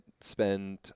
spend